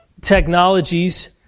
technologies